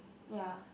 ya